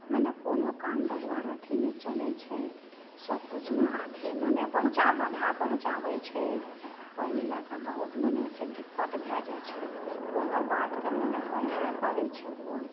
मने कोनो काम रोजगार अथी नहि चलै छै सबकिछुमे अथी मने पहुँचाबऽ भऽ पहुँचाबै छै ओहि लए कऽ बहुत मने छै दिक्कत भए जाइ छै कोनो बातके मने हऽले नही करै छै कोन